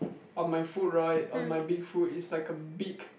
on my foot right on my big foot is like a big